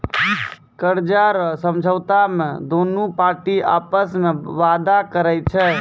कर्जा रो समझौता मे दोनु पार्टी आपस मे वादा करै छै